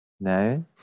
No